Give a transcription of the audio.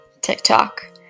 TikTok